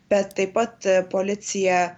bet taip pat policija